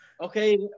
Okay